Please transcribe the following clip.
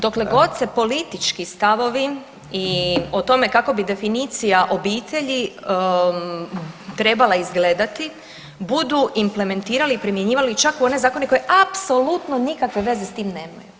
Dok god se politički stavovi i o tome kako bi definicija obitelji trebala izgledati budu implementirali, primjenjivali čak u one zakone koji apsolutno nikakve veze sa tim nemaju.